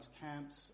camps